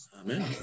Amen